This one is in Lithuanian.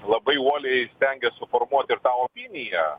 labai uoliai stengės suformuot ir tą opiniją